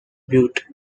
bute